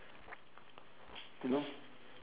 you know